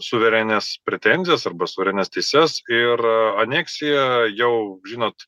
suverenias pretenzijas arba suverenias teises ir aneksija jau žinot